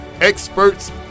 experts